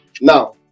Now